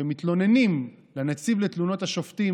כשמתלוננים לנציב תלונות השופטים,